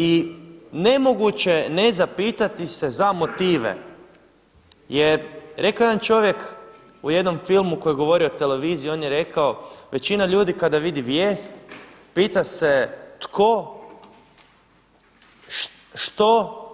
I nemoguće je ne zapitati se za motive jer rekao je jedan čovjek u jednom filmu koji je govorio o televiziji on je rekao većina ljudi kada vidi vijest pita se tko, što